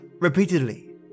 Repeatedly